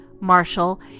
Marshall